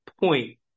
point